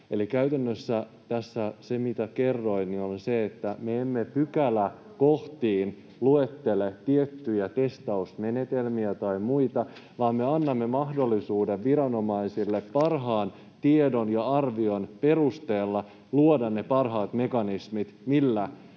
tässä se, mitä kerroin, on se, että me emme pykäläkohtiin luettele tiettyjä testausmenetelmiä tai muita, vaan me annamme mahdollisuuden viranomaisille parhaan tiedon ja arvion perusteella [Mari Rantanen pyytää